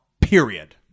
period